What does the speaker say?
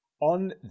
On